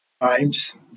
times